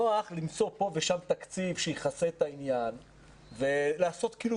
נוח למצוא פה ושם תקציב שיכסה את העניין ולעשות כאילו